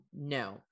No